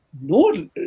no